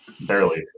barely